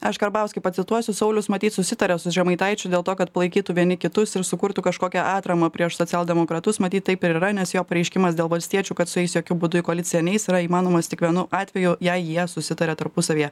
aš karbauskį pacituosiu saulius matyt susitarė su žemaitaičiu dėl to kad palaikytų vieni kitus ir sukurtų kažkokią atramą prieš socialdemokratus matyt taip ir yra nes jo pareiškimas dėl valstiečių kad su jais jokiu būdu į koaliciją neis yra įmanomas tik vienu atveju jei jie susitarė tarpusavyje